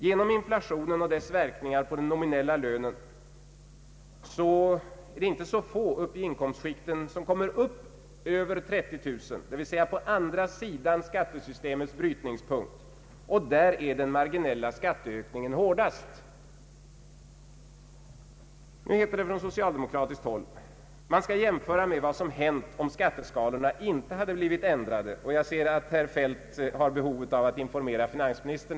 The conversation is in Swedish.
Genom inflationen och dess verkningar på den nominella lönen kommer inte så få upp i inkomstskikten över 30000 kronor, d.v.s. på andra sidan skattesystemets brytningspunkt, och där är den marginella skatteökningen hårdast. Nu heter det från socialdemokratiskt håll: man skall jämföra med vad som hade hänt om skatteskalorna inte hade blivit ändrade. — Jag ser att herr Feldt har behov av att informera finansministern.